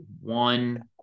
one